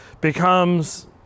becomes